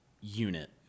unit